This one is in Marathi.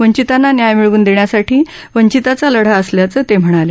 वंचितांना न्याय मिळवून देण्यासाठी वंचिताचा लढा असल्याचे ते म्हणाले